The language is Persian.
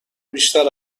بیشتر